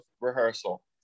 rehearsal